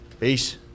Peace